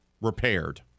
repaired